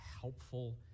helpful